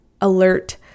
alert